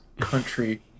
country